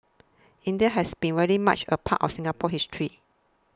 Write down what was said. India has been very much a part of Singapore's history